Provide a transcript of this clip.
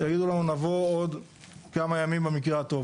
יגידו לנו נבוא עוד כמה ימים במקרה הטוב.